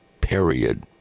period